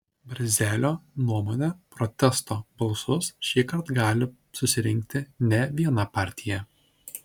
barzelio nuomone protesto balsus šįkart gali susirinkti ne viena partija